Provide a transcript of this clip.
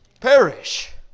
perish